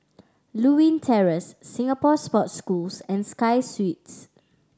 Lewin Terrace Singapore Sports Schools and Sky Suites